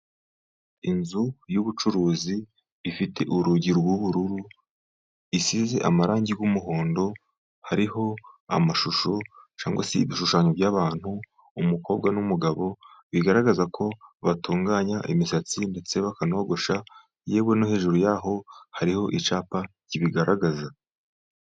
Inzu y'ubucuruzi ifite urugi rw'ubururu, isize amarangi y'umuhondo. Hariho amashusho cyangwa se ibishushanyo by'abantu. Umukobwa n'umugabo bigaragaza ko batunganya imisatsi ndetse bakanogosha, yewe no hejuru yaho hariho icyapa kibigaragaza.